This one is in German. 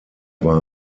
war